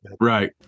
right